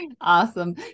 Awesome